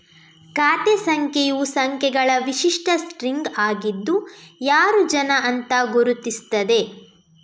ಖಾತೆ ಸಂಖ್ಯೆಯು ಸಂಖ್ಯೆಗಳ ವಿಶಿಷ್ಟ ಸ್ಟ್ರಿಂಗ್ ಆಗಿದ್ದು ಯಾರು ಜನ ಅಂತ ಗುರುತಿಸ್ತದೆ